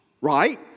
right